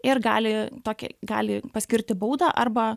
ir gali tokį gali paskirti baudą arba